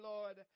Lord